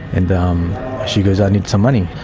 and um she goes, i need some money.